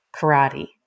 karate